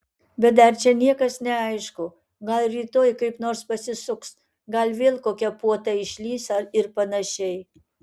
bet dar čia niekas neaišku gal rytoj kaip nors pasisuks gal vėl kokia puota išlįs ir panašiai